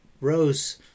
rose